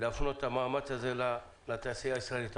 להפנות את המאמץ הזה לתעשייה הישראלית.